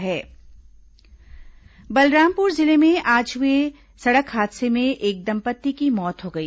हादसा बलरामपुर जिले में आज हुए सड़क हादसे एक दंपत्ति की मौत हो गई